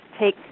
take